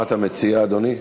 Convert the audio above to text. מה אתה מציע, אדוני?